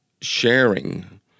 sharing